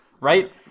right